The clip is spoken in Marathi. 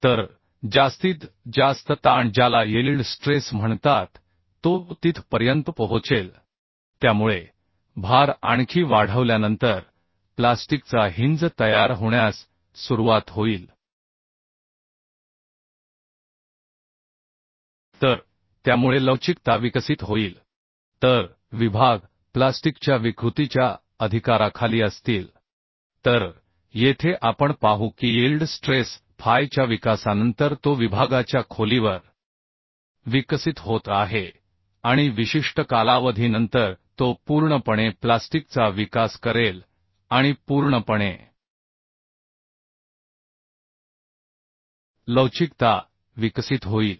तर जास्तीत जास्त ताण ज्याला यील्ड स्ट्रेस म्हणतात तो तिथ पर्यंत पोहोचेल त्यामुळे भार आणखी वाढवल्यानंतर प्लास्टिकचा हिंज तयार होण्यास सुरुवात होईल तर त्यामुळे लवचिकता विकसित होईल तर विभाग प्लास्टिकच्या विकृतीच्या अधिकाराखाली असतील तर येथे आपण पाहू की यील्ड स्ट्रेस फाय च्या विकासानंतर तो विभागाच्या खोलीवर विकसित होत आहे आणि विशिष्ट कालावधीनंतर तो पूर्णपणे प्लास्टिकचा विकास करेल आणि पूर्णपणे लवचिकता विकसित होईल